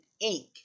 ink